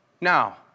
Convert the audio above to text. Now